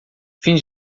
fins